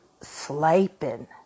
sleeping